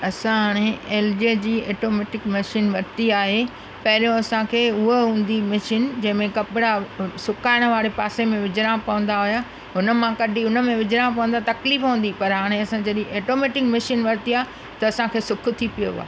असां हाणे एलजीअ जी ऑटोमैटिक मशीन वरिती आहे पहिरियों असांखे उहा हूंदी मशीन जंहिंमें कपिड़ा सुखाइण वारे पासे में विझणा पवंदा हुआ उन मां कॾी उन में विझणा पवंदा तकलीफ़ हूंदी पर हाणे असां जॾहिं ऑटोमेटिक मशीन वरिती आहे त असांखे सुखु थी पियो आहे